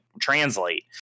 translate